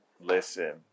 Listen